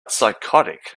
psychotic